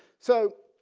so